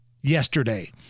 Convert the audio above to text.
yesterday